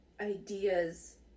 ideas